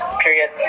period